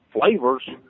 flavors